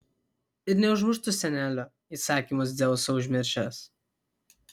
ir neužmuštų senelio įsakymus dzeuso užmiršęs